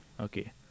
Okay